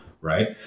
Right